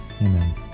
Amen